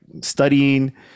studying